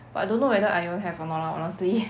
but I don't know whether ion have or not lah honestly